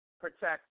protect